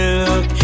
look